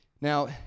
Now